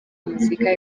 muzika